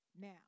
Now